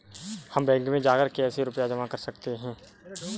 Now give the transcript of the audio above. हम बैंक में जाकर कैसे रुपया जमा कर सकते हैं?